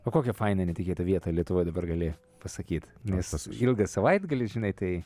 o kokią fainą netikėtą vietą lietuvoj dabar gali pasakyt nes ilgas savaitgalis žinai tai